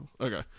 Okay